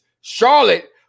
Charlotte